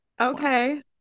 okay